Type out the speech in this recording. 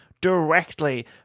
directly